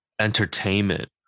entertainment